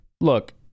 Look